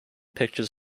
pictures